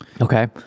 Okay